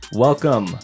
Welcome